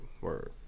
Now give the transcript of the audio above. Word